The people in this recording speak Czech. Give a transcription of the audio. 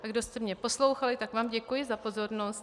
A těm, kdo jste mě poslouchali, vám děkuji za pozornost.